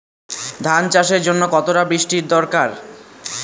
ধান চাষের জন্য কতটা বৃষ্টির দরকার?